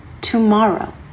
tomorrow